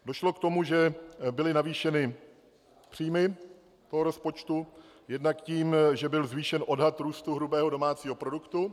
Došlo k tomu, že byly navýšeny příjmy toho rozpočtu jednak tím, že byl zvýšen odhad růstu hrubého domácího produktu.